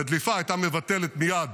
דליפה הייתה מבטלת מייד